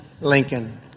Lincoln